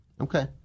Okay